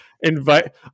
invite